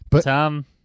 Tom